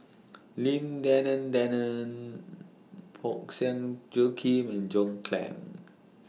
Lim Denan Denon Parsick Joaquim and John Clang